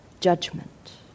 judgment